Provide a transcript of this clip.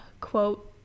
quote